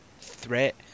threat